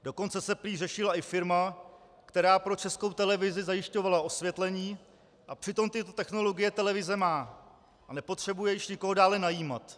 Dokonce se prý řešila i firma, která pro Českou televizi zajišťovala osvětlení, a přitom tyto technologie televize má a nepotřebuje již nikoho dále najímat.